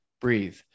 breathe